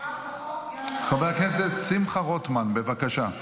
חבר הכנסת שמחה רוטמן, בבקשה.